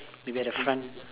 maybe at the front